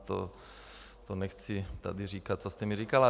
A to nechci tady říkat, co jste mi říkala.